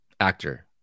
Actor